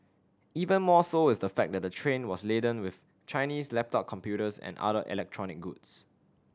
even more so is the fact that the train was laden with Chinese laptop computers and other electronic goods